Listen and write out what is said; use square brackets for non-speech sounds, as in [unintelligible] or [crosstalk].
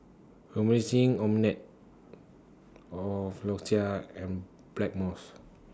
Emulsying [unintelligible] A Floxia and Blackmores